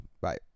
Bye